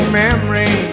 memory